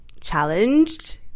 challenged